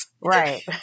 Right